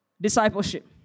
Discipleship